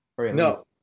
No